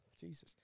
Jesus